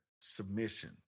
submission